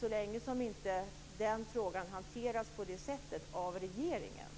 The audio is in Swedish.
Så länge denna fråga inte hanteras på det sättet av regeringen